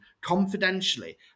confidentially